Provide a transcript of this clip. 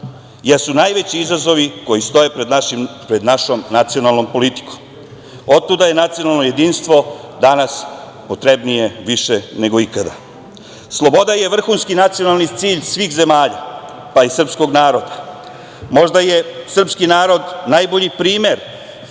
jesu najveći izazovi koji stoje pred našom nacionalnom politikom. Od tuda je nacionalno jedinstvo danas potrebnije više nego ikada. Sloboda je vrhunski nacionalni cilj svih zemalja, pa i srpskog naroda, možda je srpski narod najbolji primer